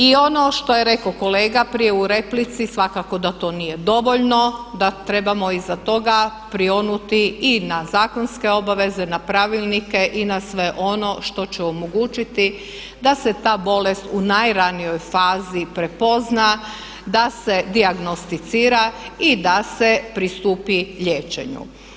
I ono što je rekao kolega prije u replici, svakako da to nije dovoljno, da trebamo iza toga prionuti i na zakonske obveze, na pravilnike, i na sve ono što će omogućiti da se ta bolest u najranijoj fazi prepozna, da se dijagnosticira i da se pristupi liječenju.